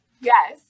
Yes